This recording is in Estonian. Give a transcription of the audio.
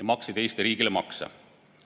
ja maksid Eesti riigile makse,